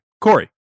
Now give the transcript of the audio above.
Corey